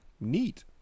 neat